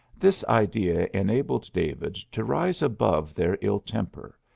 this idea enabled david to rise above their ill-temper,